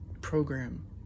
program